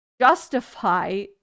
justify